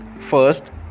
first